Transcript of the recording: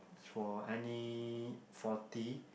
for any faulty